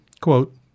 quote